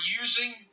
using